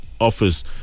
office